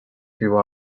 who